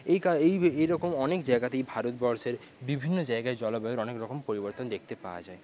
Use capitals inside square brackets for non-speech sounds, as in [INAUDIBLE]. এই [UNINTELLIGIBLE] এইরকম অনেক জায়গাতেই ভারতবর্ষের বিভিন্ন জায়গায় জলবায়ুর অনেকরকম পরিবর্তন দেখতে পাওয়া যায়